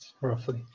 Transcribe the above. roughly